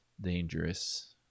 dangerous